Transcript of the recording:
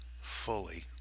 fully